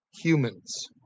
humans